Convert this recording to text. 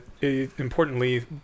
importantly